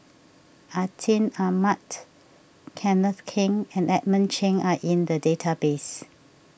Atin Amat Kenneth Keng and Edmund Cheng are in the database